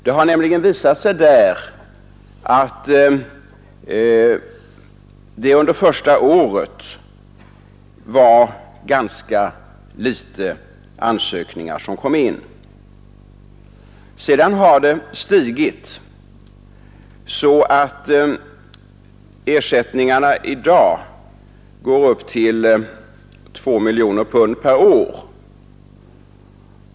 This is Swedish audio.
Det har nämligen visat sig där att det under första året kom in ganska få ansökningar. Sedan har antalet stigit så att ersättningarna i dag går upp till 2 miljoner pund per år.